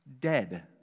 Dead